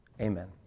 amen